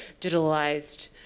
digitalized